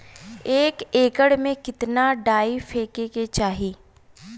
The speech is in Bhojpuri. एक एकड़ में कितना डाई फेके के चाही?